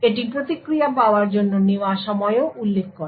এটি প্রতিক্রিয়া পাওয়ার জন্য নেওয়া সময়ও উল্লেখ করে